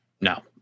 No